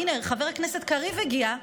הינה, חבר הכנסת קריב הגיע.